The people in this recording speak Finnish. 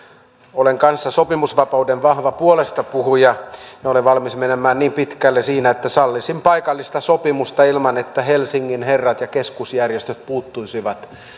olen kanssa sopimusvapauden vahva puolestapuhuja minä olen valmis menemään niin pitkälle siinä että sallisin paikallista sopimusta ilman että helsingin herrat ja keskusjärjestöt puuttuisivat